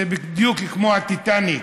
זה בדיוק כמו הטיטניק,